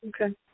Okay